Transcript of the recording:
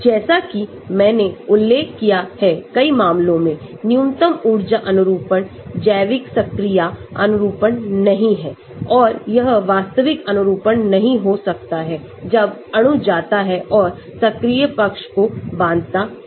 जैसा कि मैंने उल्लेख किया है कई मामलों में न्यूनतम ऊर्जा अनुरूपण जैविक सक्रिय अनुरूपण नहीं है और यह वास्तविक अनुरूपण नहीं हो सकता है जब अणु जाता है और सक्रिय पक्ष को बांधता है